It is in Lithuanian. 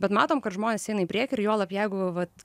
bet matom kad žmonės eina į priekį juolab jeigu vat